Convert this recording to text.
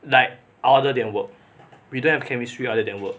like other than work we don't have chemistry other than work